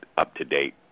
up-to-date